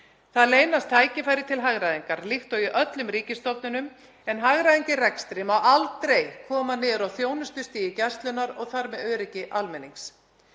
Það leynast tækifæri til hagræðingar, líkt og í öllum ríkisstofnunum, en hagræðing í rekstri má aldrei koma niður á þjónustustigi Gæslunnar og þar með öryggi almennings.